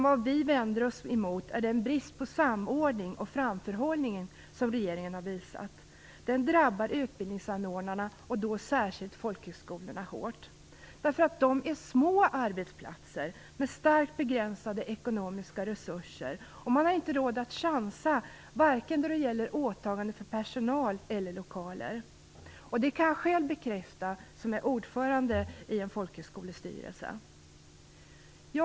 Vad vi vänder oss emot är den brist på samordning och framförhållning som regeringen har visat. Detta drabbar utbildningsanordnarna, särskilt folkhögskolorna, hårt. Dessa är små arbetsplatser med starkt begränsade ekonomiska resurser, och man har inte råd att chansa vare sig då det gäller åtaganden för personal eller då det gäller lokaler. Jag kan själv som ordförande i en folkhögskolestyrelse bekräfta detta.